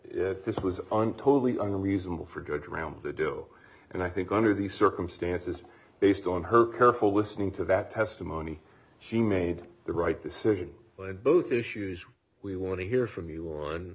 that this was an totally unreasonable for judge round to do and i think under the circumstances based on her careful whistling to that testimony she made the right decision but both issues we want to hear from you on